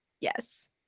Yes